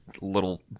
little